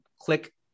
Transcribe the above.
click